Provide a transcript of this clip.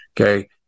Okay